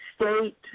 state